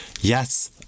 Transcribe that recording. Yes